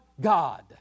God